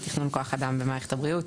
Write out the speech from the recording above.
על תכנון כוח אדם במערכת הבריאות,